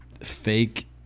fake